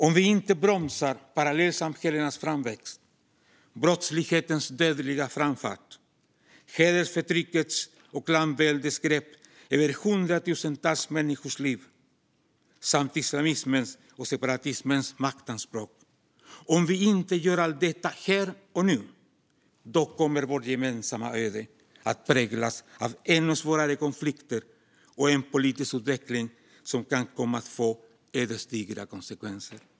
Om vi inte här och nu bromsar parallellsamhällenas framväxt, brottslighetens dödliga framfart, hedersförtryckets och klanväldets grepp över hundratusentals människors liv samt islamismens och separatismens maktanspråk kommer vårt gemensamma öde att präglas av ännu svårare konflikter och en politisk utveckling som kan komma att få ödesdigra konsekvenser.